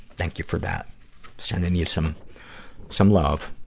thank you for that sending you some some love.